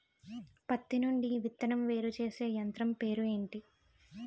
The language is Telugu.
పత్తి నుండి విత్తనం వేరుచేసే యంత్రం పేరు ఏంటి